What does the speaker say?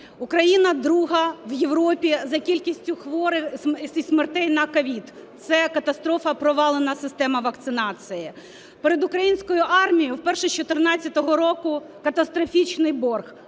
Україна друга в Європі за кількістю хворих і смертей на COVID. Це катастрофа – провалена система вакцинації. Перед українською армією, вперше з 2014 року, катастрофічний борг